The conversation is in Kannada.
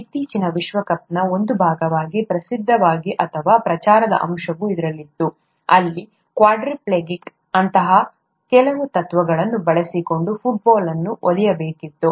ಇತ್ತೀಚಿನ ವಿಶ್ವಕಪ್ನ ಒಂದು ಭಾಗವಾಗಿ ಪ್ರಸಿದ್ಧವಾಗಿದೆ ಅಥವಾ ಪ್ರಚಾರದ ಅಂಶವೂ ಇತ್ತು ಅಲ್ಲಿ ಕ್ವಾಡ್ರಿಪ್ಲೆಜಿಕ್ ಅಂತಹ ಕೆಲವು ತತ್ವಗಳನ್ನು ಬಳಸಿಕೊಂಡು ಫುಟ್ಬಾಲ್ ಅನ್ನು ಒದೆಯಬೇಕಿತ್ತು